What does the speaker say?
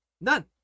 none